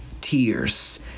tears